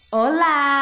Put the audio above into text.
Hola